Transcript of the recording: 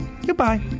Goodbye